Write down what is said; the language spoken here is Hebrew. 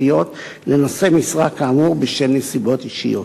כספיות לנושא משרה כאמור בשל נסיבות אישיות.